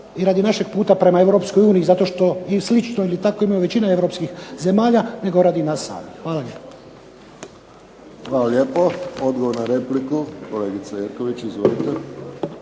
i radi našeg puta prema EU i slično jer tako imaju većina europskih zemalja, nego radi nas samih. Hvala lijepo. **Friščić, Josip (HSS)** Hvala. Odgovor na repliku, kolegica Jerković. Izvolite.